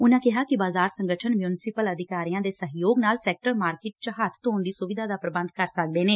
ਉਨੂਂ ਕਿਹਾ ਕਿ ਬਾਜ਼ਾਰ ਸੰਗਠਨ ਮਿਊਂਸੀਪਲ ਅਧਿਕਾਰੀਆਂ ਦੇ ਸਹਿਯੋਗ ਨਾਲ ਸੈਕਟਰ ਮਾਰਕੀਟ ਚ ਹੱਥ ਧੋਣ ਦੀ ਸੁਵਿਧਾ ਦਾ ਪ੍ਰਬੰਧ ਕਰ ਸਕਦੇ ਨੇ